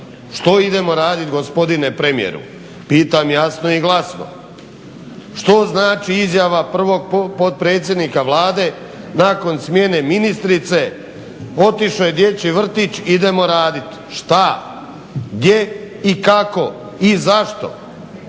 Što idemo raditi gospodine premijeru? Pitam jasno i glasno. Što znači izjava prvog potpredsjednika Vlade nakon smjene ministrice, otišao je dječji vrtić idemo raditi? Što? Gdje i kako? I zašto?